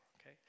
okay